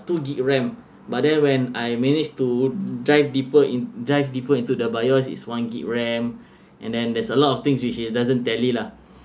two G_B RAM but then when I managed to drive deeper in drive deeper into the BIOS is one G_B RAM and then there's a lot of things which it doesn't tally lah